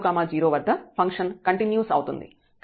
కాబట్టి 0 0 వద్ద function continuous అవుతుంది